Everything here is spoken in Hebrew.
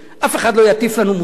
אף אחד לא יטיף לנו מוסר,